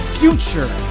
future